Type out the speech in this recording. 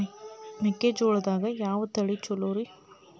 ಮೆಕ್ಕಿಜೋಳದಾಗ ಯಾವ ತಳಿ ಛಲೋರಿ?